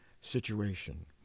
situation